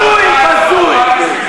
הזוי, בזוי.